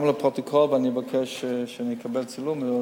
גם לפרוטוקול, ואני אבקש שנקבל צילום.